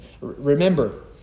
remember